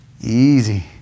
Easy